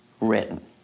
written